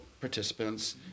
participants